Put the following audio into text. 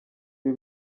ibi